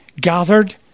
gathered